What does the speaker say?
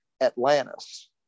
Atlantis